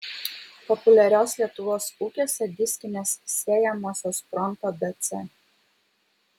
populiarios lietuvos ūkiuose diskinės sėjamosios pronto dc